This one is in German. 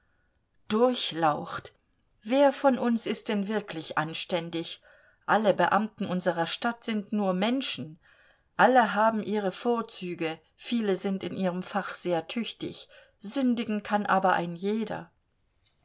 durchlaucht wer von uns ist denn wirklich anständig alle beamten unserer stadt sind nur menschen alle haben ihre vorzüge viele sind in ihrem fach sehr tüchtig sündigen kann aber ein jeder